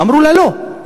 אמרו לה: לא.